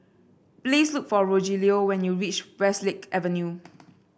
please look for Rogelio when you reach Westlake Avenue